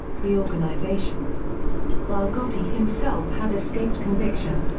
reorganization while gotti himself had escaped conviction,